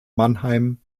mannheim